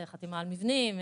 חתימה על מבנים,